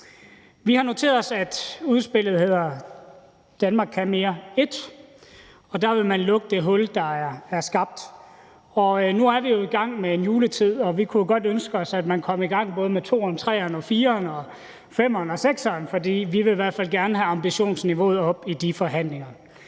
Vi har noteret os, at udspillet hedder »Danmark kan mere I«, og der vil man lukke det hul, der er skabt. Nu er vi jo i gang med en juletid, og vi kunne godt ønske os, at man kom i gang med både II'eren, III'eren og IV'eren og V'eren og VI'eren, for vi vil i hvert fald gerne have ambitionsniveauet op i de forhandlinger.